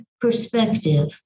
perspective